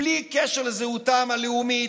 בלי קשר לזהותם הלאומית,